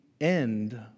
end